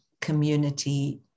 community